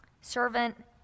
servant